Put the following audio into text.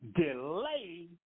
delay